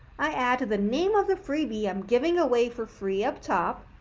i add the name of the freebie i'm giving away for free up top,